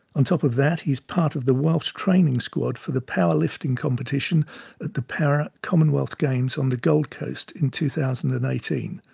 on top of that, he's part of the welsh training squad for the power lifting competition at the para commonwealth games on the gold coast in two thousand and eighteen.